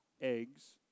eggs